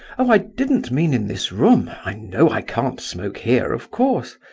oh, i didn't mean in this room! i know i can't smoke here, of course.